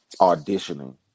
auditioning